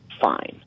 fine